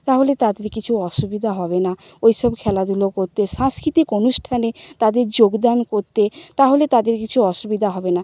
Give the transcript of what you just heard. তাহলে তাদের কিছু অসুবিধা হবে না ওই সব খেলাধুলো করতে সাংস্কৃতিক অনুষ্ঠানে তাদের যোগদান করতে তাহলে তাদের কিছু অসুবিধা হবে না